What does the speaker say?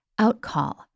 Outcall